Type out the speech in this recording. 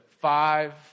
five